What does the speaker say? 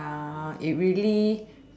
it really